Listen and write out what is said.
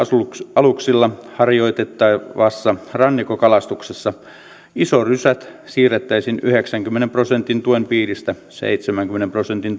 aluksilla harjoitettavassa rannikkokalastuksessa isorysät siirrettäisiin yhdeksänkymmenen prosentin tuen piiristä seitsemänkymmenen prosentin